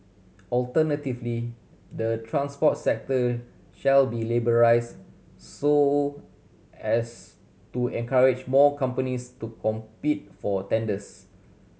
alternatively the transport sector shall be liberalise so as to encourage more companies to compete for tenders